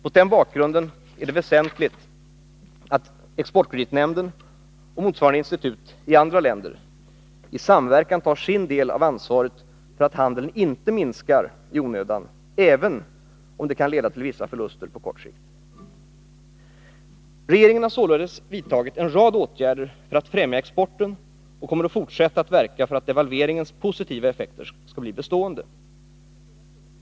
Mot denna bakgrund är det väsentligt att EKN och motsvarande institut i andra länder i samverkan tar sin del av ansvaret för att handeln inte minskar i onödan, även om det kan leda till vissa förluster på kort sikt. Regeringen har således vidtagit en rad åtgärder för att främja exporten och kommer att fortsätta att verka för att devalveringens positiva effekter skall bli bestående.